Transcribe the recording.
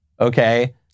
okay